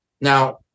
Now